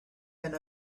been